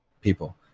people